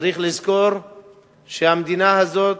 צריך לזכור שהמדינה הזאת,